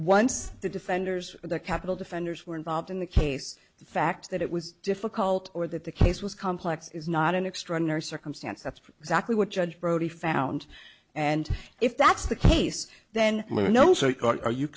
once the defenders of the capital defenders were involved in the case the fact that it was difficult or that the case was complex is not an extraordinary circumstance that's exactly what judge brody found and if that's the case then